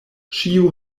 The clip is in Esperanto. ĉiu